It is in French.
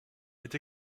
est